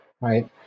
right